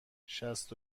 شصت